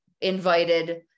invited